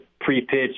pre-pitch